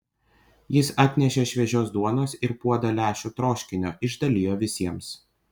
jis atnešė šviežios duonos ir puodą lęšių troškinio išdalijo visiems